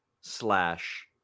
slash